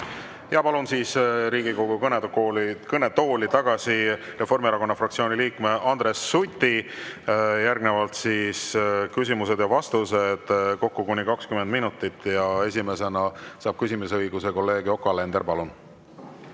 Palun Riigikogu kõnetooli tagasi Reformierakonna fraktsiooni liikme Andres Suti. Järgnevalt küsimused ja vastused kokku kuni 20 minutit. Ja esimesena saab küsimisõiguse kolleeg Yoko Alender. Palun!